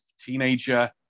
teenager